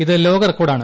ഇത് ലോക റെക്കോർഡാണ്